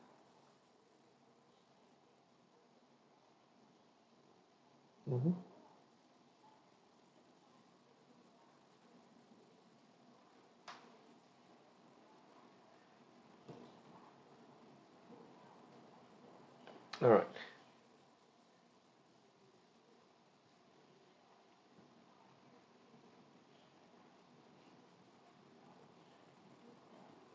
mmhmm alright